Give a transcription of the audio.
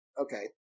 Okay